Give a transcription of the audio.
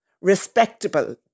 respectable